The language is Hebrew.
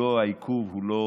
העיכוב הוא לא